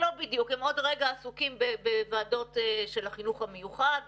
הם עוד רגע עסוקים בוועדות של החינוך המיוחד,